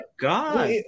god